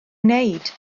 wneud